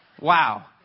Wow